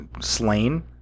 slain